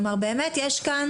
כלומר, באמת יש כאן